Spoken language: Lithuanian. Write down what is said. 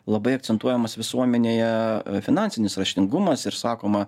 labai akcentuojamas visuomenėje finansinis raštingumas ir sakoma